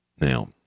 Now